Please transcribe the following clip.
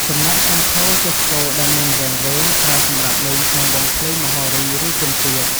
ចំណែកសំភោរ ជាស្គរដែលមានរាងវែង ប្រើសម្រាប់លេងក្នុងវង់ភ្លេងមហោរី ឬពិណពាទ្យ។